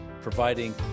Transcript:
providing